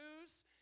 news